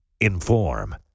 Inform